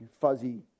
fuzzy